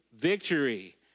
Victory